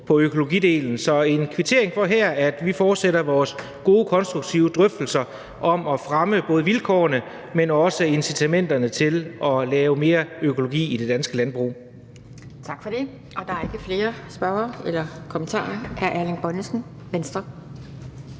på økologidelen. Så herfra en kvittering for, at vi fortsætter vores gode, konstruktive drøftelser om at fremme både vilkårene, men også incitamenterne til at lave mere økologi i det danske landbrug. Kl. 20:18 Anden næstformand (Pia Kjærsgaard): Tak for det. Der er ikke flere kommentarer. Hr. Erling Bonnesen, Venstre.